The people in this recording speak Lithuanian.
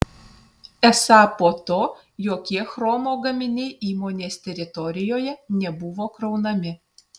esą po to jokie chromo gaminiai įmonės teritorijoje nebuvo kraunami